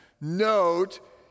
note